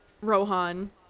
Rohan